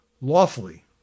lawfully